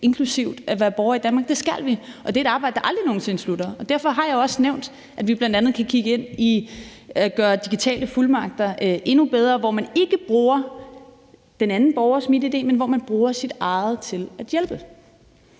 inkluderende at være borger i Danmark – det skal vi, og det er et arbejde, der aldrig nogen sinde slutter. Derfor har jeg også nævnt, at vi bl.a. kan kigge ind i at gøre digitale fuldmagter endnu bedre, sådan at man ikke bruger den anden borgers MitID, men at man bruger sit eget til at hjælpe.